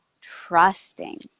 trusting